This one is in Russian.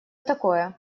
такое